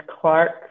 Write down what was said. Clark